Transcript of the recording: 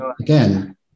again